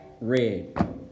red